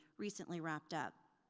recently wrapped up.